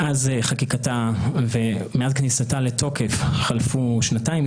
מאז כניסתה לתוקף חלפו שנתיים.